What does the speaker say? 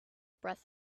breath